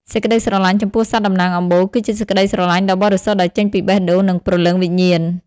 សេចក្តីស្រឡាញ់ចំពោះសត្វតំណាងអំបូរ គឺជាសេចក្តីស្រឡាញ់ដ៏បរិសុទ្ធដែលចេញពីបេះដូង និងព្រលឹងវិញ្ញាណ។